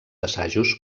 assajos